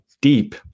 deep